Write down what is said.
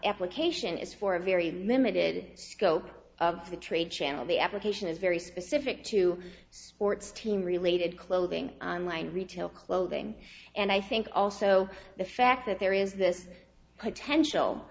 application is for a very limited scope of the trade channel the application is very specific to sports team related clothing line retail clothing and i think also the fact that there is